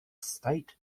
state